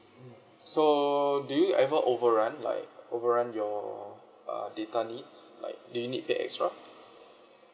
mm do you ever overrun like overrun your uh data needs like do you need pay extra